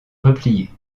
replier